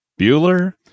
Bueller